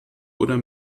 oder